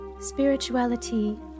Spirituality